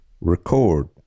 record